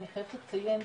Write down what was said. אני חייבת לציין,